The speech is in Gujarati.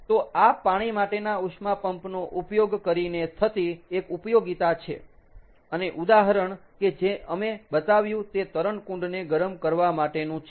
તો આ પાણી માટેના ઉષ્મા પંપ નો ઉપયોગ કરીને થતી એક ઉપયોગીતા છે અને ઉદાહરણ કે જે અમે બતાવ્યું તે તરણકુંડને ગરમ કરવા માટેનું છે